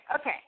okay